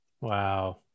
Wow